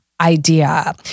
idea